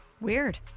Weird